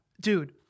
Dude